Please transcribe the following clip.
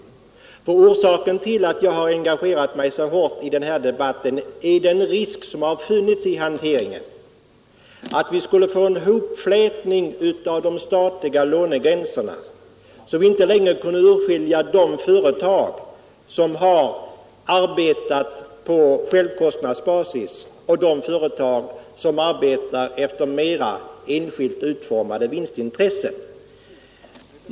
Orsaken till att jag engagerat mig så hårt i den här debatten är den risk som har funnits i hanteringen att vi skulle få en hopflätning av de statliga lånegränserna så att vi inte längre kunde skilja på de företag som har arbetat på självkostnadsbasis och de företag som arbetar efter mera enskilt utformade vinstintressen.